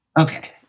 Okay